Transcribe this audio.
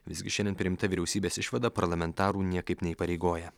visgi šiandien priimta vyriausybės išvada parlamentarų niekaip neįpareigoja